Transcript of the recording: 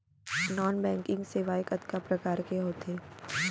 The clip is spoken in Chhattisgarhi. नॉन बैंकिंग सेवाएं कतका प्रकार के होथे